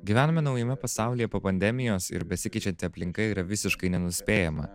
gyvename naujame pasaulyje po pandemijos ir besikeičianti aplinka yra visiškai nenuspėjama